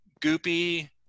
goopy